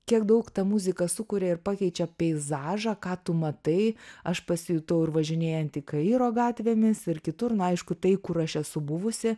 kiek daug tą muziką sukuria ir pakeičiau peizažą ką tu matai aš pasijutau ir važinėjanti kairo gatvėmis ir kitur na aišku tai kur aš esu buvusi